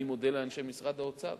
אני מודה לאנשי משרד האוצר: